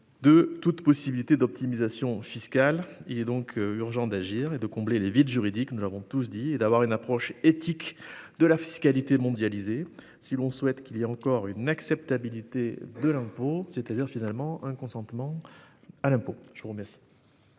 de toute possibilité d'optimisation fiscale. Il est donc urgent d'agir, de combler les vides juridiques, comme nous l'avons tous indiqué, et d'avoir une approche éthique de la fiscalité mondialisée si l'on souhaite qu'il y ait encore une acceptabilité de l'impôt, c'est-à-dire, finalement, un consentement à l'impôt. La parole